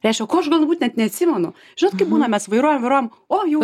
reiškia ko aš galbūt net neatsimenu žinot kaip mes vairuojam vairuojam o jau